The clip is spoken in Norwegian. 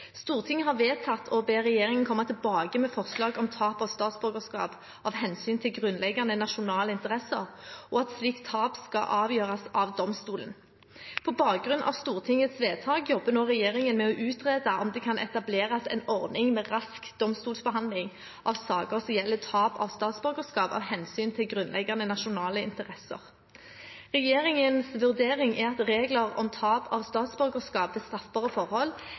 Stortinget har vedtatt å be regjeringen komme tilbake med forslag om tap av statsborgerskap av hensyn til grunnleggende nasjonale interesser, og at slikt tap skal avgjøres av domstolen. På bakgrunn av Stortingets vedtak jobber nå regjeringen med å utrede om det kan etableres en ordning med rask domstolsbehandling av saker som gjelder tap av statsborgerskap av hensyn til grunnleggende nasjonale interesser. Regjeringens vurdering er at regler om tap av statsborgerskap ved straffbare forhold